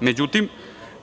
Međutim,